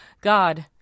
God